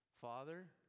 Father